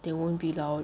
they won't be loud